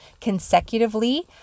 consecutively